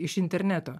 iš interneto